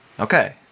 Okay